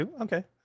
Okay